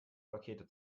pakete